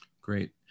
great